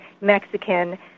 Mexican